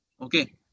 Okay